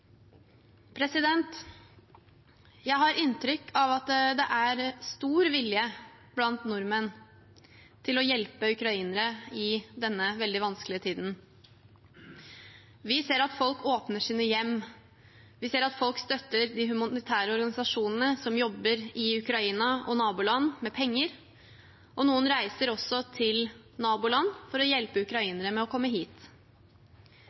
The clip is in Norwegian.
Jeg har inntrykk av at det er stor vilje blant nordmenn til å hjelpe ukrainere i denne veldig vanskelige tiden. Vi ser at folk åpner sine hjem. Vi ser at folk støtter de humanitære organisasjonene som jobber i Ukraina og naboland, med penger, og noen reiser også til naboland for å hjelpe ukrainere med å komme hit.